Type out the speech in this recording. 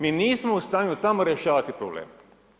Mi nismo u stanju tamo rješavati probleme.